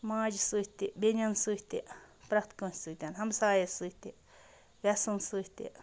ماجہِ سۭتۍ تہِ بیٚنٮ۪ن سۭتۍ تہِ پرٛٮ۪تھ کٲنٛسہِ سۭتۍ ہَمسایَس سۭتۍ تہِ وٮ۪سَن سۭتۍ تہِ